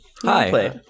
hi